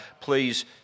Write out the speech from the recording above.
please